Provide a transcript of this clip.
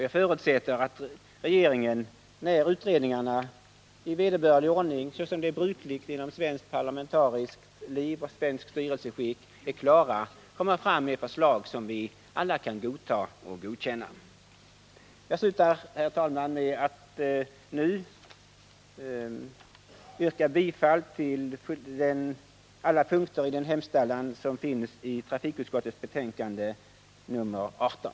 Jag förutsätter att regeringen, när utredningarna i vederbörlig ordning, såsom är brukligt inom svenskt parlamentariskt liv och styrelseskick, är klara, kommer att lägga fram förslag som alla kan godta och godkänna. Jag slutar, herr talman, med att nu yrka bifall till trafikutskottets hemställan på alla punkter i betänkande 18.